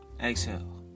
exhale